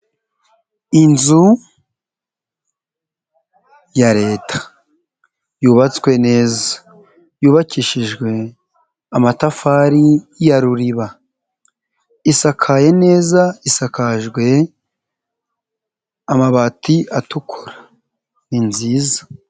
Inzu ya leta yubatswe neza yubakishijwe amatafari ya ruriba, isakaye neza isakajwe amabati atukura ni nziza.